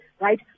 right